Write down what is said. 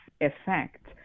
effect